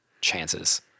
chances